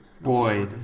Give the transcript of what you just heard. boy